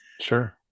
Sure